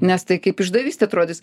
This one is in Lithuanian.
nes tai kaip išdavystė atrodys